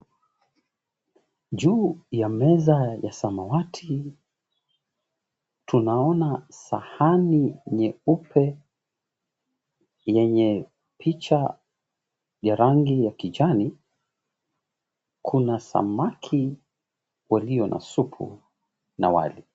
Juu ya meza ya samawati, tunaona sahani nyeupe yenye picha ya rangi ya kijani. Kuna samaki walio na supu na wali.